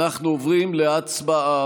אנחנו עוברים להצבעה.